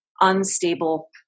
unstable